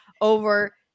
over